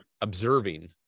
observing